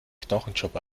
knochenjob